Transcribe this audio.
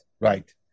right